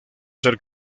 ser